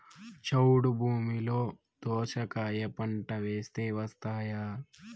చౌడు భూమిలో దోస కాయ పంట వేస్తే వస్తాయా?